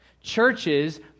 Churches